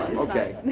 okay,